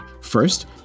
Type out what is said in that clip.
First